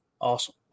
Awesome